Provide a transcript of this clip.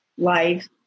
Life